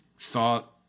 thought